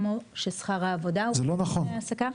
כמו ששכר העבודה הוא חלק מתנאי ההעסקה.